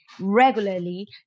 regularly